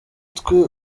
twe